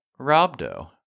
Robdo